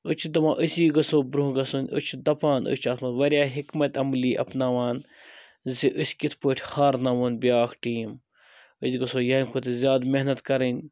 أسۍ چھِ دَپان أسی گَژھو برٛونٛہہ گَژھٕنۍ أسۍ چھِ دَپان أسۍ چھِ اتھ مَنٛز واریاہ حِکمت عملی اپناوان زِ أسۍ کِتھ پٲٹھۍ ہارناوون بیٛاکھ ٹیٖم أسۍ گَژھو ییٚمہِ کھۄتہٕ زیادٕ محنت کَرٕنۍ